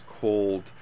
called